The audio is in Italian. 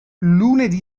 lunedì